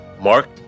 Mark